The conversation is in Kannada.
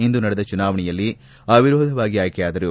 ಇಂದು ನಡೆದ ಚುನಾವಣೆಯಲ್ಲಿ ಅವಿರೋಧವಾಗಿ ಆಯ್ಕೆಯಾದರು